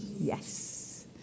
Yes